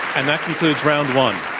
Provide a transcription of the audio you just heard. and that concludes round one.